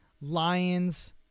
Lions